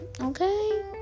okay